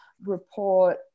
report